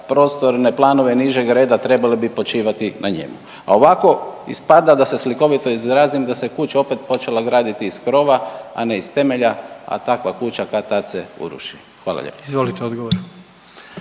prostorne planove nižeg reda trebali bi počivati na njemu, a ovako ispada da se slikovito izrazim da se kuća opet počela graditi iz krova, a ne iz temelja, a takva kuća kad-tad se uruši, hvala lijepa.